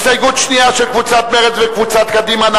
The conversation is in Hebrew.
הסתייגות שנייה, של קבוצת מרצ וקבוצת קדימה.